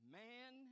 man